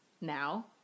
now